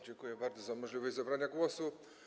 Dziękuję bardzo za możliwość zabrania głosu.